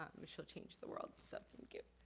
um she will change the world. so thank you.